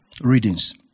readings